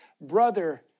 brother